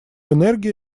энергия